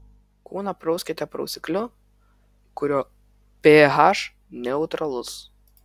kūną prauskite prausikliu kurio ph neutralus